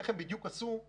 איך הם עשו את